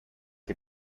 ihr